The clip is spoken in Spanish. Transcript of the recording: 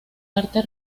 arte